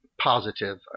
positive